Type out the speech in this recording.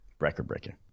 Record-breaking